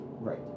Right